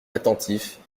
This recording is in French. attentifs